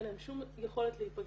אין להם שום יכולת להיפגש